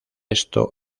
esto